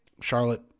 Charlotte